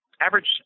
average